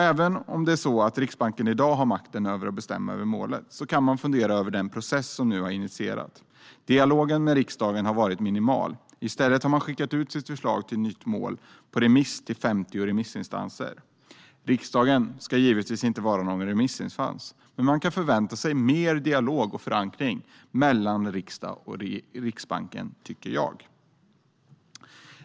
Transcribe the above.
Även om det är så att Riksbanken i dag har makten över att bestämma över målet kan man fundera över den process som nu har initierats. Dialogen med riksdagen har varit minimal. I stället har man skickat ut sitt förslag till nytt mål på remiss till 50 remissinstanser. Riksdagen ska givetvis inte vara någon remissinstans, men man kan förvänta sig mer dialog och förankring mellan riksdagen och Riksbanken, tycker jag.